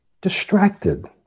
distracted